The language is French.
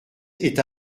est